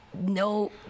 no